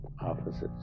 opposites